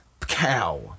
Cow